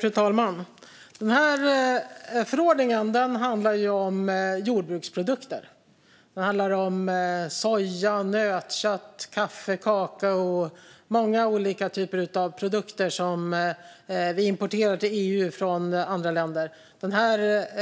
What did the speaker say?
Fru talman! Förordningen handlar om jordbruksprodukter. Den handlar om soja, nötkött, kaffe, kakao och många olika typer av produkter som vi importerar till EU från andra länder.